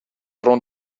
rond